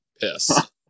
piss